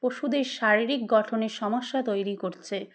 পশুদের শারীরিক গঠনের সমস্যা তৈরি করছে